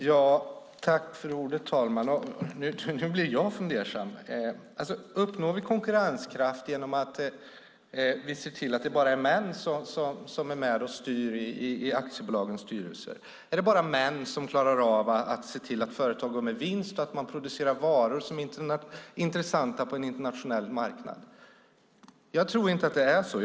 Herr talman! Nu är det jag som blir fundersam. Uppnår vi konkurrenskraft genom att se till att bara män är med i aktiebolagens styrelser? Är det bara män som klarar av att se till att företag går med vinst och producerar varor som är intressanta på en internationell marknad? Jag tror inte att det är så.